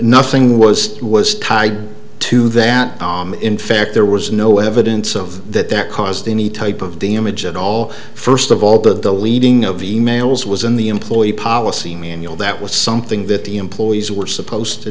nothing was was tied to that in fact there was no evidence of that that caused any type of damage at all first of all the reading of e mails was in the employee policy manual that was something that the employees were supposed to